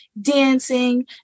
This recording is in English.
dancing